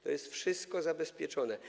To jest wszystko zabezpieczone.